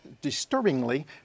disturbingly